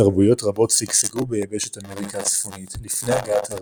תרבויות רבות שגשגו ביבשת אמריקה הצפונית לפני הגעת האירופאים,